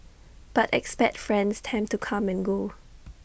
but expat friends tend to come and go